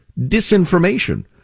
disinformation